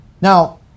Now